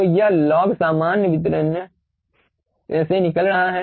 तो यह लॉग सामान्य वितरण से निकल रहा है